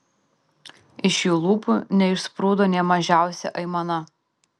iš jų lūpų neišsprūdo nė mažiausia aimana